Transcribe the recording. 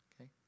Okay